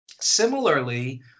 similarly